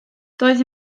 doedd